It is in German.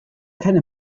keine